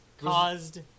...caused